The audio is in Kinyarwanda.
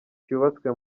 cyubatswe